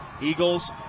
Eagles